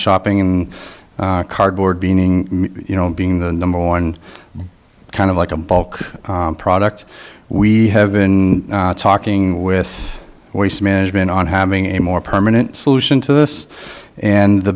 shopping cardboard being you know being the number one kind of like a bulk product we have been talking with waste management on having a more permanent solution to this and the